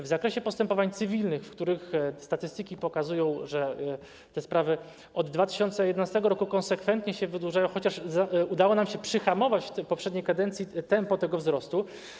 W zakresie postępowań cywilnych, w których statystyki pokazują, że te sprawy od 2011 r. konsekwentnie się wydłużają, chociaż udało nam się przyhamować w poprzedniej kadencji tempo tego wzrostu.